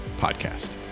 podcast